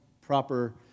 proper